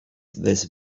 this